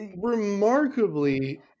remarkably